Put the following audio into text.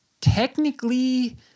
technically